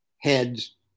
heads